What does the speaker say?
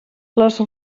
les